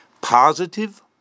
positive